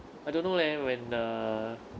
I don't know leh when uh